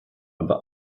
aber